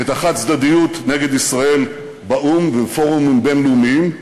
את החד-צדדיות נגד ישראל באו"ם ובפורומים בין-לאומיים,